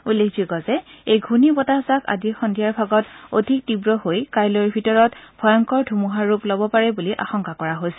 উল্লেখযোগ্য যে এই ঘূৰ্ণি বতাহ জাক আজি সদ্ধিয়াৰ ভাগত অধিক তীৱ হৈ কাইলৈ ভিতৰত ভংয়কৰ ধুমুহাৰ ৰূপ লব পাৰে বুলি আশংকা কৰা হৈছে